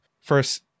first